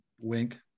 wink